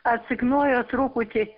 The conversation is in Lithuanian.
atsiknojo truputį